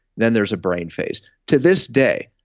then there's a brain phase. to this day,